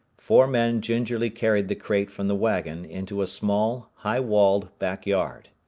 four men gingerly carried the crate from the wagon into a small, high-walled back yard.